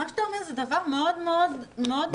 מה שאתה אומר זה דבר מאוד מאוד מעניין.